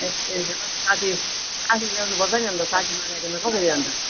ए साथी साथी ल्याउनु पर्छ नि अन्त साथी नल्याइकन कसरी अन्त